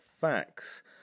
facts